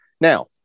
Now